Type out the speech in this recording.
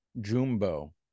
Jumbo